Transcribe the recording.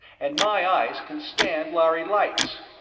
and my eyes can stand lhari lights.